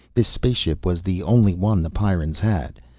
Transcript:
this spaceship was the only one the pyrrans had.